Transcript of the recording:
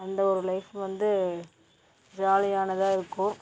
அந்த ஒரு லைஃப் வந்து ஜாலியானதாக இருக்கும்